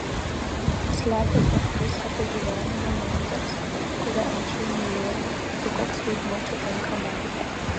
slepia faktus apie gyvenimą moters kurią anksčiau mylėjo tai koks vaidmuo čia tenka man